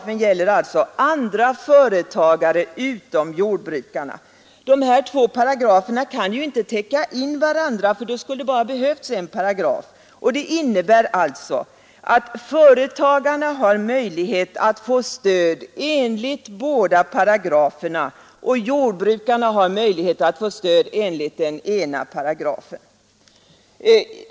Den gäller alltså alla företagare utom jordbrukarna. Och dessa två paragrafer kan ju inte täcka in varandra, ty då skulle det bara ha behövts en paragraf. Det betyder att företagarna har möjligheter att få stöd enligt båda paragraferna, medan jordbrukarna bara har möjligheter att få stöd enligt den ena paragrafen.